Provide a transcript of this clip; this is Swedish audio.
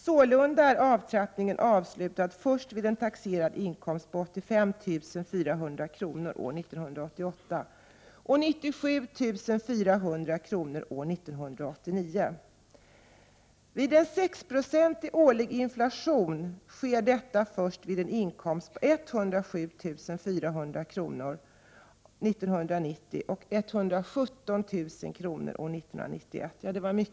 Sålunda är avtrappningen avslutad först vid en taxerad inkomst på 85 400 kr. år 1988 och 97 400 kr. år 1989. Vid en 6-procentig årlig inflation sker detta först vid en inkomst på 107 400 kr. år 1990 och 117 000 kr. år 1991.